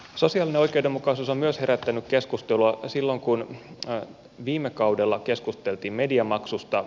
sosiaalinen oikeudenmukaisuus on myös herättänyt keskustelua silloin kun viime kaudella keskusteltiin mediamaksusta